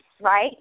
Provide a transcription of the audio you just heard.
right